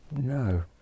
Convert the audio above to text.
No